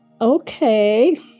okay